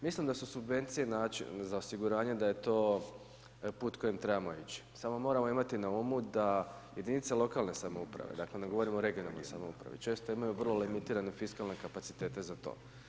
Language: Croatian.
Mislim da su subvencije način, za osiguranje, da je to put kojim trebamo ići, samo moramo imati na umu da jedinice lokalne samouprave dakle, ne govorim o regionalnim samoupravi, često imaju vrlo … fiskalne kapacitete za to.